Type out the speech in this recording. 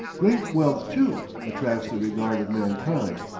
great wealth, too, attracts the regard of mankind.